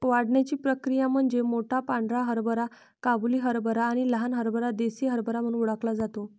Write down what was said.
वाढण्याची प्रक्रिया म्हणजे मोठा पांढरा हरभरा काबुली हरभरा आणि लहान हरभरा देसी हरभरा म्हणून ओळखला जातो